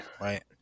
Right